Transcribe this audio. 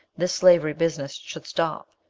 this slavery business should stop.